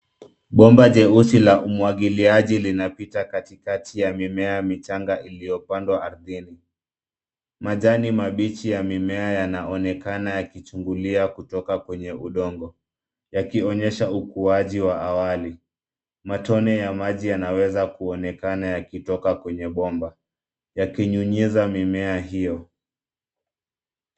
Bomba jeusi la umwagiliaji linapita katikati ya mimea michanga iliyopandwa ardhini. Majani mabichi ya mimea yanaonekana yakichungulia kutoka kwenye udongo yakionyesha ukuaji wa awali. Matone ya maji yanaweza kuonekana yakitoka kwenye bomba yakinyunyiza mimea hiyo.